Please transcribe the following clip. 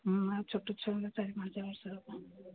ହୁଁ ଆଉ ଛୋଟ ଛୁଆଙ୍କ ଚାରି ପାଞ୍ଚ ବର୍ଷର